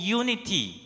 unity